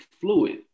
fluid